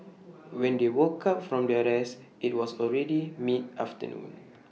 when they woke up from their rest IT was already mid afternoon